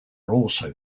also